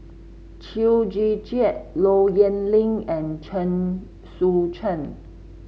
Chew Joo Chiat Low Yen Ling and Chen Sucheng